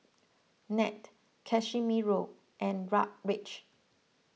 Nat Casimiro and Raleigh